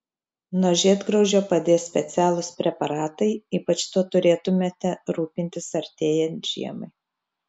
nuo žiedgraužio padės specialūs preparatai ypač tuo turėtumėte rūpintis artėjant žiemai